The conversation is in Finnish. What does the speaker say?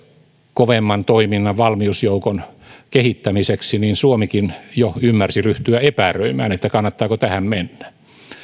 kovemman toiminnan valmiusjoukon kehittämiseksi suomikin jo ymmärsi ryhtyä epäröimään kannattaako tähän mennä